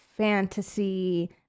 Fantasy